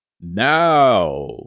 now